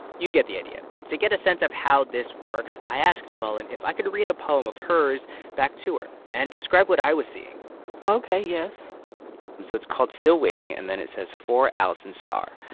you get the idea. to get a sense of how this works, i asked mullen if i could read a poem of hers back to her and describe what i was seeing ok, yes so it's called still waiting. and then it says for alison saar.